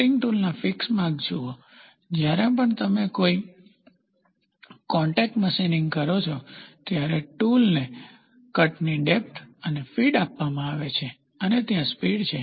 cutting ટૂલના feed marks જુઓ જ્યારે પણ તમે કોઈ કોન્ટેક્ટ મશીનિંગ કરો છો ત્યારે ટૂલને કટની ડેપ્થ ફીડ આપવામાં આવે છે અને ત્યાં સ્પીડ છે